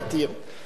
ולכן,